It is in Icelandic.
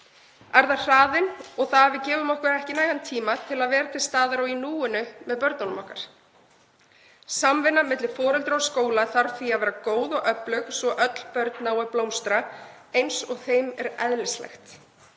Er það hraðinn og það að við gefum okkur ekki nægan tíma til að vera til staðar og í núinu með börnunum okkar? Samvinna milli foreldra og skóla þarf að vera góð og öflug svo öll börn nái að blómstra eins og þeim er eðlislægt.